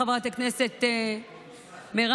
חברת הכנסת מירב